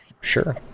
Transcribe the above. Sure